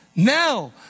Now